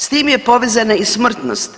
S tim je povezana i smrtnost.